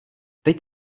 teď